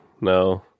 No